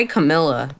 Camilla